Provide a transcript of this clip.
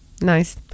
Nice